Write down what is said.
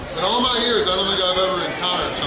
in all my years, i don't think i've ever encountered